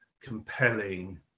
compelling